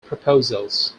proposals